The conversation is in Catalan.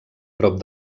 prop